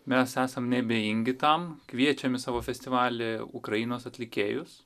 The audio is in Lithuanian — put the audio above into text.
mes esam neabejingi tam kviečiam į savo festivalį ukrainos atlikėjus